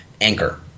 anchor